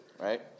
right